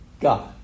God